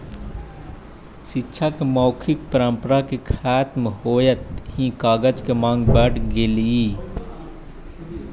शिक्षा के मौखिक परम्परा के खत्म होइत ही कागज के माँग बढ़ गेलइ